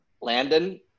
landon